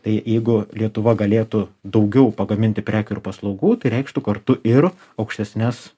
tai jeigu lietuva galėtų daugiau pagaminti prekių ir paslaugų tai reikštų kartu ir aukštesnes